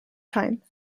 time